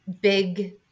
big